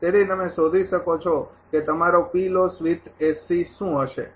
તેથી તમે શોધી શકો છો કે તમારો શું હશે